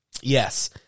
Yes